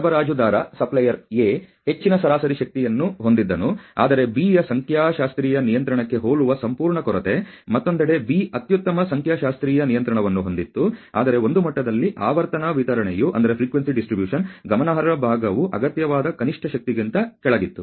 ಸರಬರಾಜುದಾರ A ಹೆಚ್ಚಿನ ಸರಾಸರಿ ಶಕ್ತಿಯನ್ನು ಹೊಂದಿದ್ದನು ಆದರೆ B ಯ ಸಂಖ್ಯಾಶಾಸ್ತ್ರೀಯ ನಿಯಂತ್ರಣಕ್ಕೆ ಹೋಲುವ ಸಂಪೂರ್ಣ ಕೊರತೆ ಮತ್ತೊಂದೆಡೆ B ಅತ್ಯುತ್ತಮ ಸಂಖ್ಯಾಶಾಸ್ತ್ರೀಯ ನಿಯಂತ್ರಣವನ್ನು ಹೊಂದಿತ್ತು ಆದರೆ ಒಂದು ಮಟ್ಟದಲ್ಲಿ ಆವರ್ತನ ವಿತರಣೆಯ ಗಮನಾರ್ಹ ಭಾಗವು ಅಗತ್ಯವಾದ ಕನಿಷ್ಠ ಶಕ್ತಿಗಿಂತ ಕೆಳಗಿತ್ತು